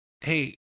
hey